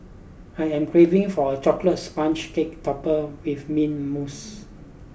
I am craving for a chocolate sponge cake topper with mint mousse